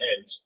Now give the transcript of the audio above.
edge